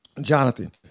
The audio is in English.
jonathan